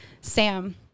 Sam